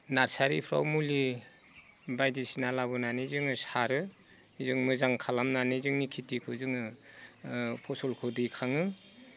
नार्सारिफ्राव मुलि बायदिसिना लाबोनानै जोङो सारो जों मोजां खालामनानै जोंनि खिथिखो जोङो फसलखो दैखाङो